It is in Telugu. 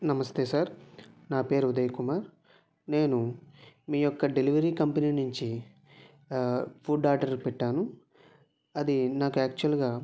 నమస్తే సార్ నా పేరు ఉదయ్ కుమార్ నేను మీ యొక్క డెలివరీ కంపెనీ నుంచి ఫుడ్ ఆర్డర్ పెట్టాను అది నాకు యాక్చవల్గా